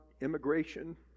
immigration